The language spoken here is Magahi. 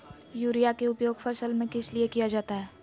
युरिया के उपयोग फसल में किस लिए किया जाता है?